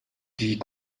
die